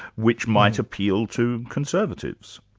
which might appeal to conservatives.